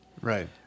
Right